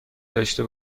داشته